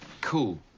Cool